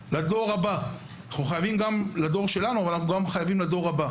זה לדור הבא, גם עבורנו, אבל בעיקר לדור הבא.